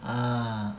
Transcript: ah